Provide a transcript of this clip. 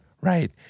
right